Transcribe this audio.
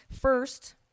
First